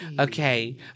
Okay